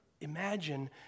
Imagine